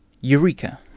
Eureka